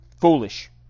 foolish